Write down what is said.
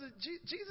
Jesus